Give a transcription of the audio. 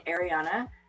ariana